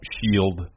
Shield